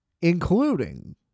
including